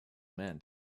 meant